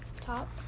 top